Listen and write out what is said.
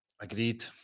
Agreed